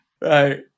right